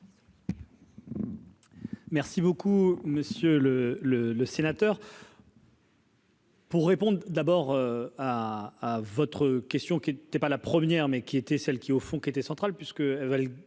Merci beaucoup monsieur le le le sénateur. Pour répondre d'abord à votre question qui était pas la première, mais qui était celle qui, au fond, qui était centrale